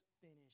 finish